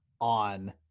on